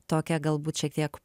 tokią galbūt šiek tiek